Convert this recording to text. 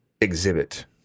exhibit